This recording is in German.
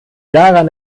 daran